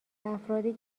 افرادی